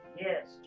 yes